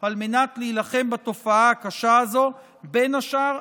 כדי להילחם בתופעה הקשה הזו, בין השאר,